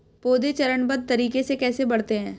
पौधे चरणबद्ध तरीके से कैसे बढ़ते हैं?